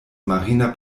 marina